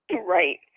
Right